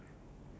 but